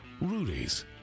Rudy's